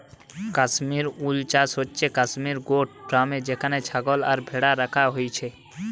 কাশ্মীর উল চাষ হচ্ছে কাশ্মীর গোট ফার্মে যেখানে ছাগল আর ভ্যাড়া রাখা হইছে